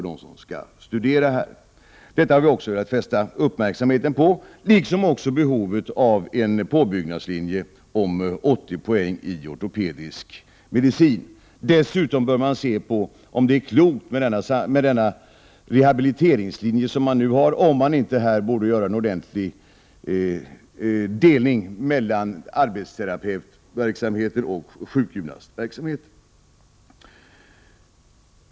Vi har velat fästa uppmärksamheten på detta liksom också på behovet av en påbyggnadslinje om åttio poäng i ortopedisk medicin. Dessutom bör man undersöka om den rehabiliteringslinje som nu finns är rätt upplagd. Kanske borde man genomföra en ordentlig uppdelning mellan arbetsterapeutverksamheter och sjukgymnastverksamheter.